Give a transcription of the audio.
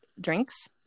drinks